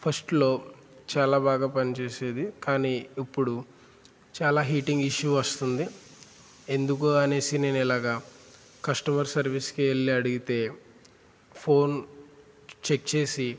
ఫస్ట్లో చాలా బాగా పనిచేసేది కానీ ఇప్పుడు చాలా హీటింగ్ ఇష్యూ వస్తుంది ఎందుకు అని నేను ఇలాగా కస్టమర్ సర్వీస్కి వెళ్ళి అడిగితే ఫోన్ చెక్ చేసి